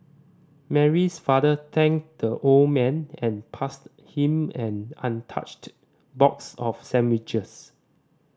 Mary's father thanked the old man and passed him an untouched box of sandwiches